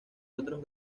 otros